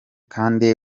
kandi